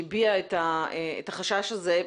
שהביעה את החשש הזה,